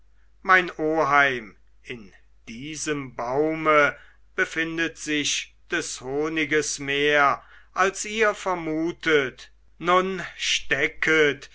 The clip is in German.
mein oheim in diesem baume befindet sich des honigs mehr als ihr vermutet nun stecket